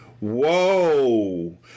Whoa